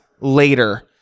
later